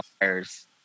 wires